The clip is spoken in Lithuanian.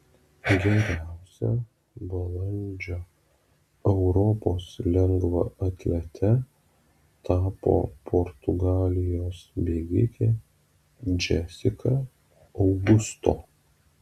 geriausia balandžio europos lengvaatlete tapo portugalijos bėgikė džesika augusto